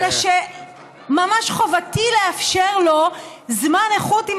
אלא שממש חובתי לאפשר לו זמן איכות עם